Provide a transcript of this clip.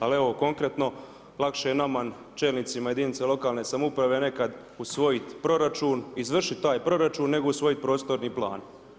Ali evo, konkretno, lakše je nama čelnicima jedinica lokalne samouprave nekad usvojiti proračun, izvršiti taj proračun, nego usvojiti prostorni plan.